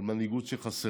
מנהיגות שחסרה.